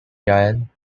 yan